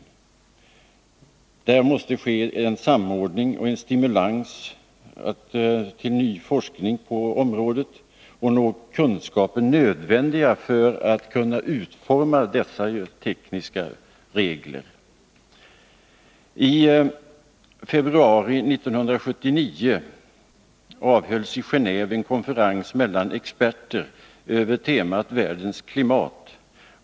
På detta område måste en samordning ske, och ny forskning bör stimuleras, så att vi kan få de kunskaper som är nödvändiga för utformningen av de tekniska reglerna. I februari 1979 avhölls i Genéve en konferens mellan experter över temat världens klimat.